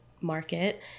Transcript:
market